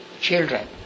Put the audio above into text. children